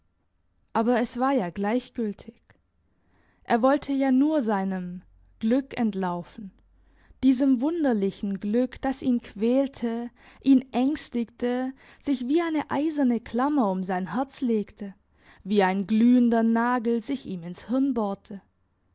aber es war ja gleichgültig er wollte ja nur seinem glück entlaufen diesem wunderlichen glück das ihn quälte ihn ängstigte sich wie eine eiserne klammer um sein herz legte wie ein glühender nagel sich ihm ins hirn bohrte